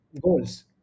goals